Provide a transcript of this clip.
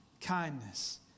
kindness